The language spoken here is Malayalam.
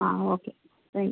ആ ഓക്കേ താങ്ക് യു